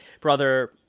brother